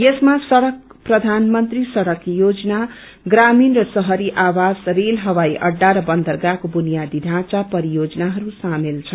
यसमा सङ्क प्रधानमन्त्री सङ्क योजना ग्रामीण र शहरी आवासन रेल हवाई अहा र बन्दरगाहको बुनियादी ढाँचा परियोजनाहरू सामेल छन्